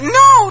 no